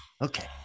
okay